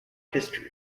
history